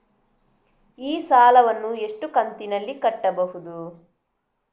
ಈ ಸಾಲವನ್ನು ಎಷ್ಟು ಕಂತಿನಲ್ಲಿ ಕಟ್ಟಬಹುದು?